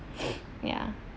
ya